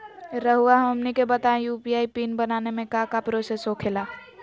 रहुआ हमनी के बताएं यू.पी.आई पिन बनाने में काका प्रोसेस हो खेला?